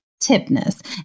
Tipness